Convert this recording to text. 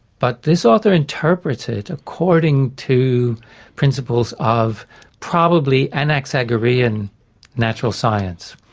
but this author interprets it according to principles of probably anaxagorean natural science.